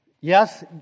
Yes